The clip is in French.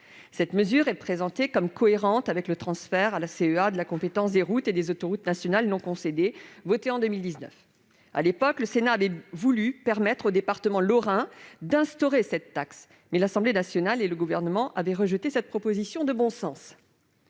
Cette mesure est présentée comme cohérente avec le transfert à la CEA de la compétence des routes et autoroutes nationales non concédées, transfert qui a été voté en 2019. À l'époque, le Sénat avait voulu permettre aux départements lorrains d'instaurer cette taxe, mais l'Assemblée nationale et le Gouvernement avaient rejeté cette proposition de bon sens.